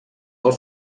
del